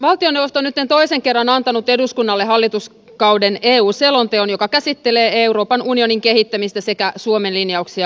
valtioneuvosto on nytten toisen kerran antanut eduskunnalle hallituskauden eu selonteon joka käsittelee euroopan unionin kehittämistä sekä suomen linjauksia unionissa